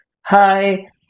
hi